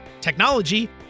technology